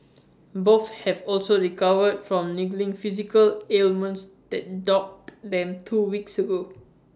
both have also recovered from niggling physical ailments that dogged them two weeks ago